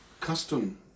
custom